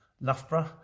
Loughborough